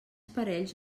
parells